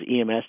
EMS